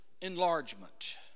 Enlargement